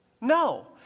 No